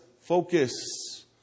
focus